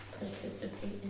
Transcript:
Participate